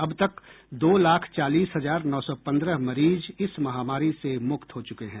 अब तक दो लाख चालीस हजार नौ सौ पंद्रह मरीज इस महामारी से मुक्त हो चुके हैं